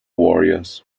warriors